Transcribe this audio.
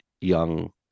young